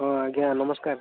ହଁ ଆଜ୍ଞା ନମସ୍କାର